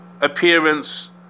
appearance